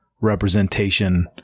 representation